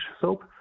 soap